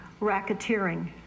racketeering